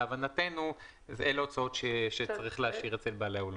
להבנתנו אלה הוצאות שצריך להשאיר אצל בעלי האולמות.